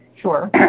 Sure